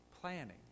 planning